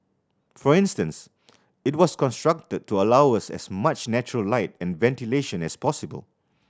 for instance it was constructed to allow as much natural light and ventilation as possible